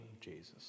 Jesus